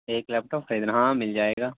ایک laptop خریدنا ہاں مل جائے گا